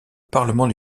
parlement